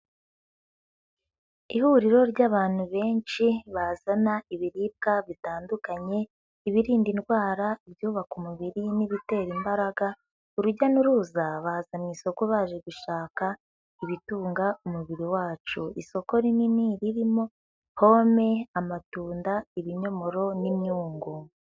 Ihuriro ry'abantu benshi bazana ibiribwa bitandukanye, ibirinda indwara, ibyubaka umubiri n'ibitera imbaraga, urujya n'uruza baza mu isoko baje gushaka ibitunga umubiri wacu. Isoko rinini ririmo pome, amatunda, ibinyomoro n'imyungu.